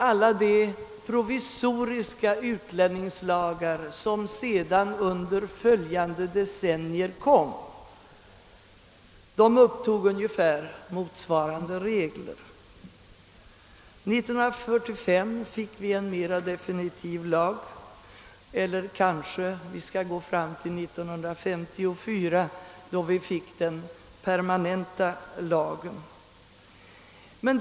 Alla de provisoriska utlänningslagar som infördes under följande decennier upptog ungefär motsvarande regler. Inte förrän 1945 fick vi en mera definitiv lag. Eller jag kanske skall gå ända fram till 1954, då vi fick den permanenta lagen.